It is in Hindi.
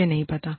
मुझे नहीं पता